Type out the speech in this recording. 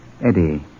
Eddie